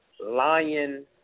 Lion